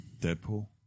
Deadpool